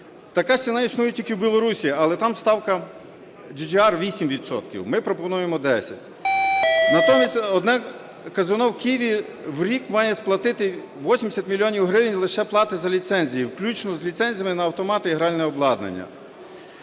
Така ціна існує тільки в Білорусі, але там ставка GGR 8 відсотків, ми пропонуємо 10. Натомість одне казино в Києві в рік має сплатити 80 мільйонів гривень лише плати за ліцензію, включно з ліцензіями на автомати і гральне обладнання.